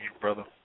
brother